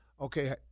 Okay